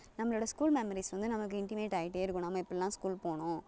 நம்மளோடய school memories வந்து நமக்கு இண்டிமேட் ஆகிட்டே இருக்கும் நம்ம எப்படிலாம் ஸ்கூல் போனோம்